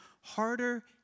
harder